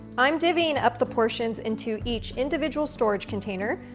i'm divvying up the portions into each individual storage container,